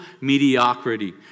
mediocrity